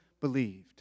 believed